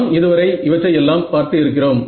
நாம் இதுவரை இவற்றை எல்லாம் பார்த்து இருக்கிறோம்